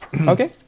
Okay